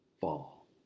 fall